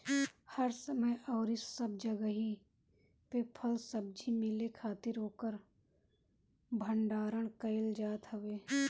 हर समय अउरी सब जगही पे फल सब्जी मिले खातिर ओकर भण्डारण कईल जात हवे